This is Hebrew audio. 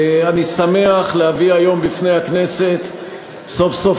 אני שמח להביא היום בפני הכנסת סוף-סוף